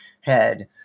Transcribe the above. head